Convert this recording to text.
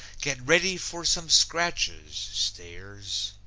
get ready for some scratches, stairs!